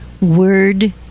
word